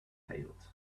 failed